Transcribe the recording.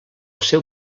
seu